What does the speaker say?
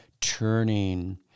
turning